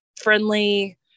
friendly